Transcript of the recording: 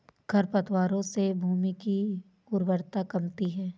खरपतवारों से भूमि की उर्वरता कमती है